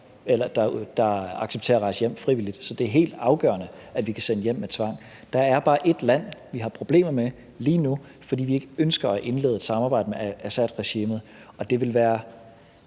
ingen, der accepterer at rejse hjem frivilligt. Så det er helt afgørende, at vi kan sende hjem med tvang. Der er bare ét land, vi har problemer med lige nu, fordi vi ikke ønsker at indlede et samarbejde med Assadregimet. Og vi synes,